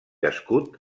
escut